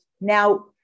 Now